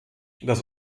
das